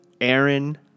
Aaron